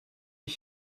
ich